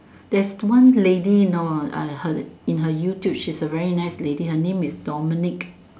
there's one lady know uh her in her YouTube she's a very nice lady her name is Dominique